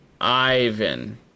Ivan